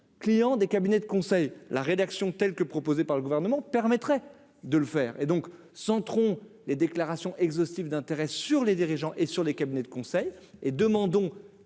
clients des cabinets de conseil, la rédaction telle que proposée par le gouvernement permettrait de le faire et donc sans tronc les déclarations exhaustif d'intérêt sur les dirigeants et sur les cabinets de conseil et demandons